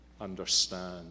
understand